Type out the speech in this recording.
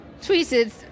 tweeted